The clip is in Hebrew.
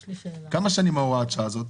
כמה שנים הוראת השעה הזאת?